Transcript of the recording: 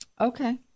Okay